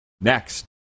next